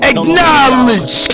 Acknowledge